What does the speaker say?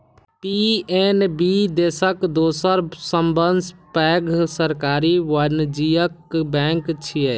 PNB देशक दोसर सबसं पैघ सरकारी वाणिज्यिक बैंक छियै